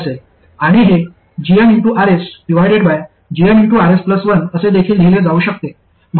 आणि हे gmRsgmRs1 असे देखील लिहिले जाऊ शकते